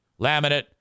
laminate